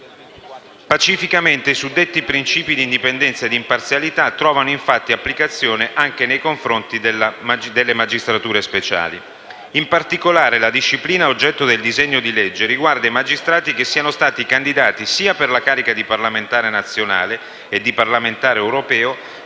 pacificamente, i suddetti principi di indipendenza e imparzialità trovano infatti applicazione anche nei confronti delle magistrature speciali. In particolare, la disciplina oggetto del disegno di legge in esame riguarda i magistrati che siano stati candidati sia per la carica di parlamentare nazionale o europeo,